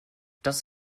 das